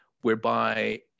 whereby